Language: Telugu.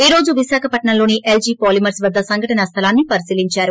ఈ రోజు విశాఖపట్నంలో ఎల్లీ పాలిమర్ప్ వద్దే సంఘటన స్థలాన్ని పరిశీల్ంచారు